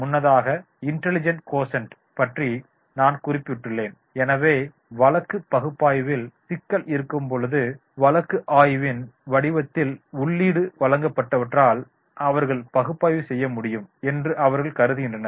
முன்னதாக intelligent quotient பற்றி நான் குறிப்பிட்டுள்ளேன் எனவே வழக்கு பகுப்பாய்வில் சிக்கல் இருக்கும்பொழுது வழக்கு ஆய்வின் வடிவத்தில் உள்ளீடு வழங்கப்பட்டவற்றால் அவர்கள் பகுப்பாய்வு செய்ய முடியும் என்று அவர்கள் கருதுகின்றனர்